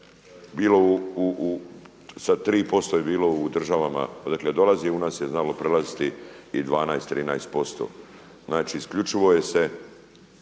sa 3% je bilo u državama odakle dolazi. Kod nas je znalo prelaziti i 12, 13% Znači isključivo je se